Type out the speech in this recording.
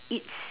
its